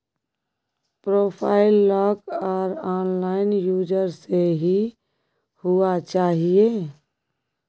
profile lock or unlock user से ही हुआ चाहिए